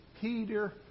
Peter